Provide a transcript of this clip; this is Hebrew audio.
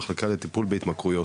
המחלקה לטיפול בהתמכרויות.